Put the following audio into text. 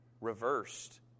reversed